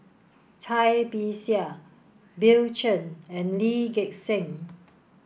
Cai Bixia Bill Chen and Lee Gek Seng